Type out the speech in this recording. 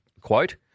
quote